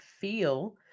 feel